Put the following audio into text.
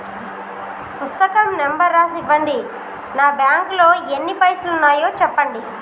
పుస్తకం నెంబరు రాసి ఇవ్వండి? నా బ్యాంకు లో ఎన్ని పైసలు ఉన్నాయో చెప్పండి?